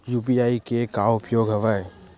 UPI के का उपयोग हवय?